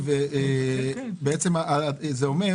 צוין פה